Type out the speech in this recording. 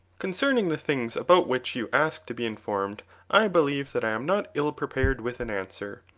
concerning the things about which you ask to be informed i believe that i am not ill-prepared with an answer.